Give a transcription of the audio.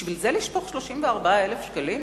בשביל זה לשפוך 34,000 שקלים?